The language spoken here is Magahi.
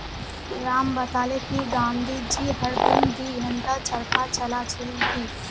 राम बताले कि गांधी जी हर दिन दी घंटा चरखा चला छिल की